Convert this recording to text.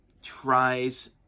tries